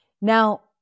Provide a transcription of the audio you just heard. Now